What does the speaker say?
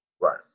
Right